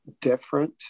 different